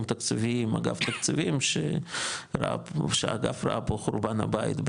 תקציבי עם אגף תקציבים שהאגף ראה בו חורבן הבית,